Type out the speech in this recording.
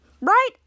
right